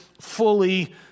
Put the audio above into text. fully